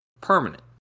permanent